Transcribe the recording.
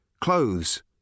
Clothes